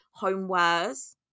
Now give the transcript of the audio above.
homewares